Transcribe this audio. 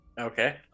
okay